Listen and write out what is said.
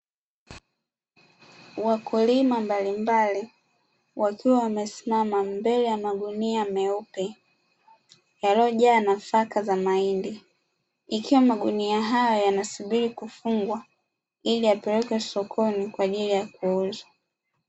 Wakulima mbalimbali wakiwa wamesimama mbele ya magunia meupe yaliyojaa nafaka za mahindi, ikiwa magunia hayo yanasubiri kufungwa ili yapelekwe sokoni kwa ajili ya kuuzwa.